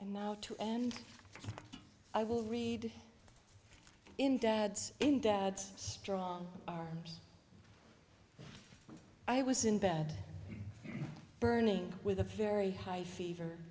and now too and i will read in dad's in dad's strong arms i was in bed burning with a very high fever